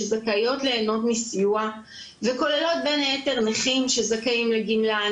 שזכאיות להנות מסיוע וכוללות בין היתר נכים שזכאים לגמלה,